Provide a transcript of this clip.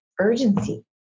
urgency